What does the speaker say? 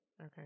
Okay